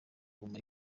guma